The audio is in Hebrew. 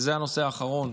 וזה הנושא האחרון